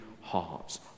hearts